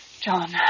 John